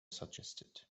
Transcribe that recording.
suggested